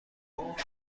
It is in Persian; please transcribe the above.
ممالک